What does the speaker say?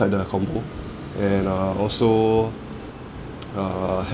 ~de the combo and uh also uh had